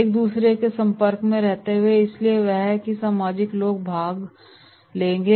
एक दूसरे के संपर्क में रहते हुए इसलिए वहाँ के सामाजिक लोग भाग लेंगे